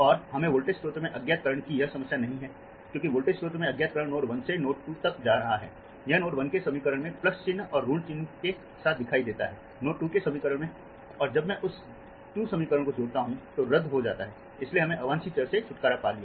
और हमें वोल्टेज स्रोत में अज्ञात करंट की यह समस्या नहीं है क्योंकि वोल्टेज स्रोत में अज्ञात करंट नोड 1 से नोड 2 तक जा रहा है यह नोड 1 के समीकरण में प्लस चिह्न और ऋण चिह्न के साथ दिखाई देता है नोड 2 के समीकरण में और जब मैं उस 2 समीकरण को जोड़ता हूं तो रद्द हो जाता है इसलिए हमने अवांछित चर से छुटकारा पा लिया